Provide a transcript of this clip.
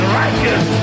righteous